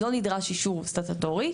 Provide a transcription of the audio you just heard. לא נדרש אישור סטטוטורי,